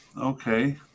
okay